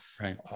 right